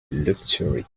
luxury